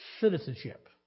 citizenship